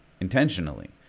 intentionally